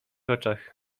oczach